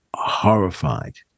horrified